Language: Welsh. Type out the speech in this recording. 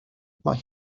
mae